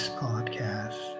podcast